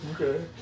Okay